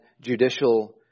judicial